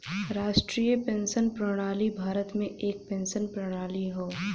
राष्ट्रीय पेंशन प्रणाली भारत में एक पेंशन प्रणाली हौ